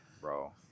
bro